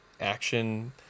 action